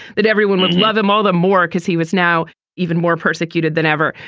that everyone would love him all the more because he was now even more persecuted than ever.